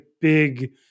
big